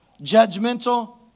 Judgmental